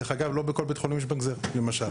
דרך אגב, לא בכל בית חולים יש בנק זרע, למשל.